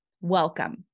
Welcome